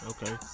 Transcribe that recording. Okay